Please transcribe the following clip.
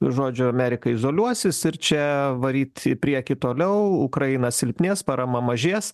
žodžiu amerika izoliuosis ir čia varyt į priekį toliau ukraina silpnės parama mažės